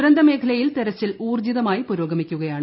ദുരന്തമേഖലയിൽ തെരച്ചിൽ ഊർജിതമായി പുരോഗമിക്കുകയാണ്